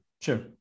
Sure